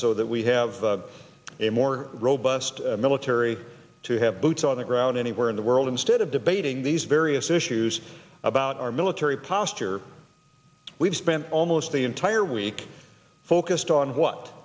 so that we have a more robust military to have boots on the ground anywhere in the world instead of debating these various issues about our military posture we've spent almost the entire week focused on what